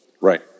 Right